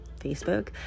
Facebook